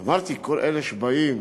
אז אמרתי, כל אלה שבאים